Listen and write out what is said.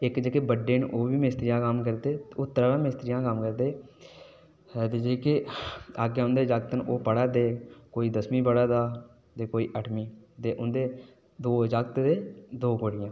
इक जेहके बड़्ड़े न ओह् बी मिस्त्रियें दा कम्म करदे ओह् त्रैवै मिस्त्रियें दा कम्म करदे ते जेह्के अग्गै हुंदे जाक्त न ओह् पढ़ा दे न कोई दसमी पढ़ा दा ते कोई अठमी ते हुंदे दो जाक्त ते दो कुड़िया न